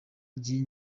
ry’iyi